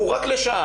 הוא רק לשעה,